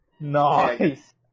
nice